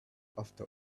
after